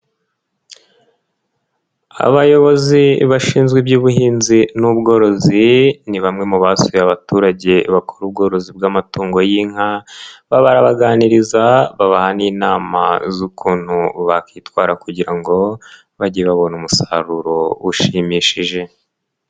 Abayobozi bashinzwe iby'ubuhinzi n'ubworozi, ni bamwe mu basuye abaturage bakora ubworozi bw'amatungo y'inka barabaganiriza, babaha n'inama z'ukuntu bakwitwara kugira ngo bajye babona umusaruro ushimishije.